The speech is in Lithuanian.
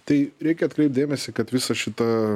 tai reikia atkreipt dėmesį kad visa šita